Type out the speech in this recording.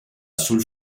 sul